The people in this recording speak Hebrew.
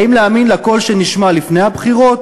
האם להאמין לקול שנשמע לפני הבחירות,